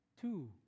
two